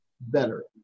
better